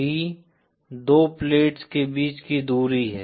D दो plates के बीच की दूरी है